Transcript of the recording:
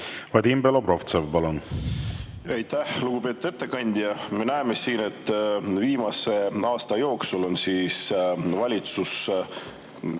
Vadim Belobrovtsev, palun! Aitäh! Lugupeetud ettekandja! Me näeme, et viimase aasta jooksul on valitsus